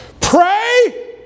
pray